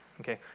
Okay